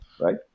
right